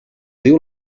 diu